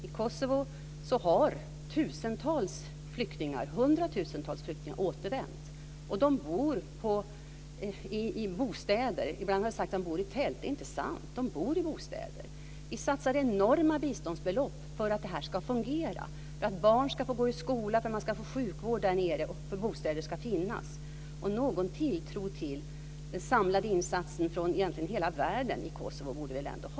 I Kosovo har hundratusentals flyktingar återvänt. De bor i bostäder. Ibland har det sagts att de bor i tält. Det är inte sant. De bor i bostäder. Vi satsar enorma biståndsbelopp för att det här ska fungera, för att barn ska få gå i skola, för att man ska få sjukvård där nere och att bostäder ska finnas. Någon tilltro till den samlade insatsen från hela världen i Kosovo borde vi ändå ha.